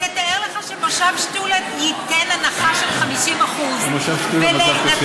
תתאר לך שמושב שתולה ייתן הנחה של 50% במושב שתולה המצב קשה.